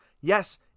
yes